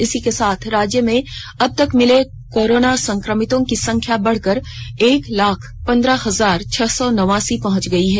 इसी के साथ राज्य में अब तक मिले कोरोना संक्रमितों की संख्या बढ़कर एक लाख पन्द्रह हजार छह सौ नवासी पहंच गई है